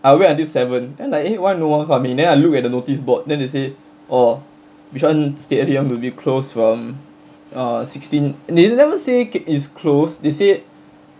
I wait until seven then like eh why no one coming then I look at the notice board then they say oh bishan stadium will be closed from err sixteen they never say is closed they said